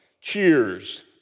cheers